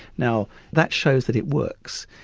now, that shows that it works,